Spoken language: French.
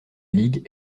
ligue